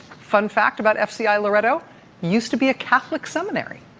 fun fact about fci ah loretto used to be a catholic seminary.